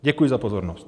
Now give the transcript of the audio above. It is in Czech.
Děkuji za pozornost.